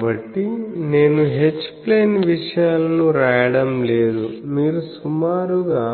కాబట్టి నేను H plane విషయాలు రాయడం లేదు మీరు సుమారుగా